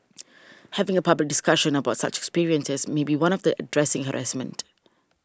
having a public discussion about such experiences may be one of the addressing harassment